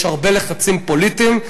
יש הרבה לחצים פוליטיים.